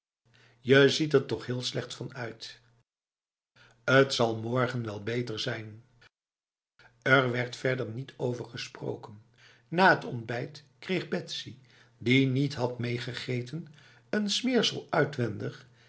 je ziet er toch heel slecht van uitf t zal morgen wel beter zijn er werd niet verder over gesproken na het ontbijt kreeg betsy die niet had meegegeten n smeersel uitwendig